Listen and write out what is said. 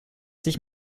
sich